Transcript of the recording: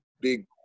big